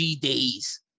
days